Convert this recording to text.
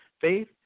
faith